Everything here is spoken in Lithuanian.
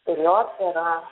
kurios yra